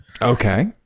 Okay